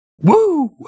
Woo